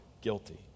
guilty